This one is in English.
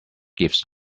gives